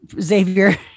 Xavier